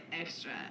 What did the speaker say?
extra